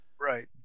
Right